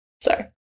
Sorry